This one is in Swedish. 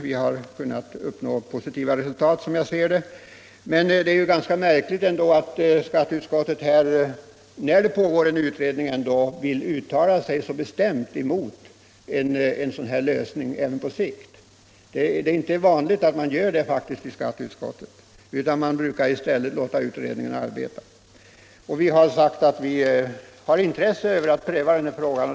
Vi har kunnat uppnå positiva resultat, som vi ser det. Men det är ändå ganska märkligt att skatteutskottet uttalar sig så bestämt emot en sådan här lösning, när det pågår en utredning. Det är inte vanligt att skatteutskottet gör det. Man brukar låta utredningarna arbeta. Vi har sagt att vi har intresse av att pröva denna fråga.